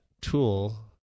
tool